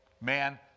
Man